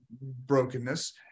brokenness